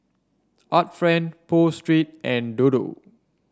Art Friend Pho Street and Dodo